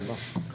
תראו,